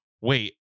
wait